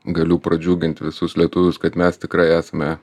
galiu pradžiugint visus lietuvius kad mes tikrai esame